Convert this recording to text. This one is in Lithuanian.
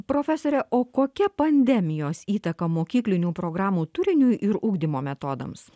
profesore o kokia pandemijos įtaka mokyklinių programų turiniui ir ugdymo metodams